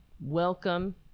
welcome